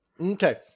Okay